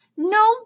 No